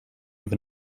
with